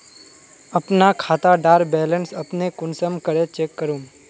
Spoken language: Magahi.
अपना खाता डार बैलेंस अपने कुंसम करे चेक करूम?